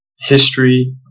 history